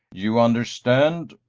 you understand,